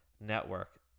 Network